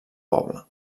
poble